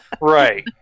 Right